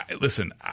Listen